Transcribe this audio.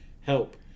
Help